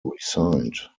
resigned